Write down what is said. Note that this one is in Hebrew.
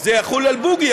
זה יחול על בוגי,